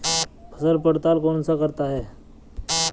फसल पड़ताल कौन करता है?